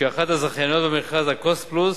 שהיא אחת הזכייניות במכרז ה"קוסט פלוס"